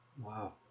Wow